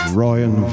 ryan